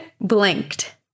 blinked